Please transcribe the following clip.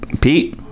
Pete